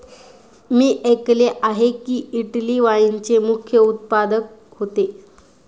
मी ऐकले आहे की, इटली वाईनचे मुख्य उत्पादक होते